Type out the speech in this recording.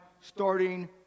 starting